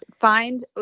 find